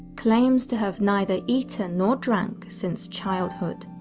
claims to have neither eaten nor drank since childhood.